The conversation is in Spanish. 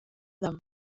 adam